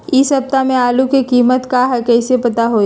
इ सप्ताह में आलू के कीमत का है कईसे पता होई?